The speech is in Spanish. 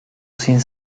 sin